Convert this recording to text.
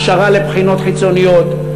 הכשרה לבחינות חיצוניות,